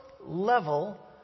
level